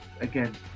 again